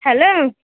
hello